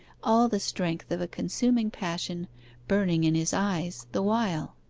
all the strength of a consuming passion burning in his eyes the while.